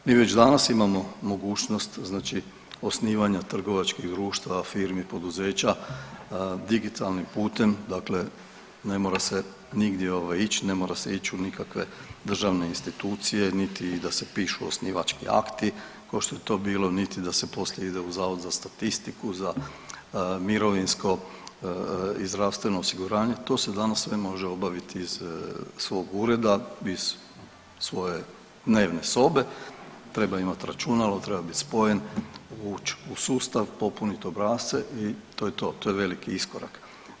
Mi već danas imamo mogućnost znači osnivanja trgovačkih društava, firmi, poduzeća digitalnim putem, dakle ne mora se nigdje ovaj ić, ne mora se ić u nikakve državne institucije, niti da se pišu osnivački akti košto je to bilo, niti da se poslije ide u Zavod za statistiku, za mirovinsko i zdravstveno osiguranje, to se danas sve može obaviti iz svog ureda, iz svoje dnevne sobe, treba imat računalo, treba bit spojen, uć u sustav, popunit obrasce i to je to, to je veliki iskorak.